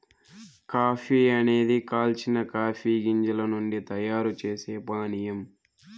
coffee అనేది కాల్చిన coffee గింజల నుండి తయారు చేసే పానీయం